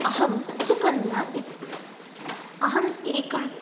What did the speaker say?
अहं सुकन्या इति अहं एकं